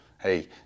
Hey